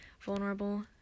vulnerable